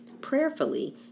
prayerfully